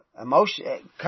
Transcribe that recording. emotion